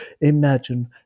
imagine